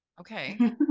Okay